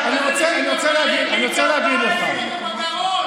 וצריכים לקבל החלטה,